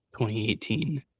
2018